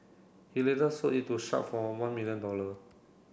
he later sold it to Sharp for one million dollar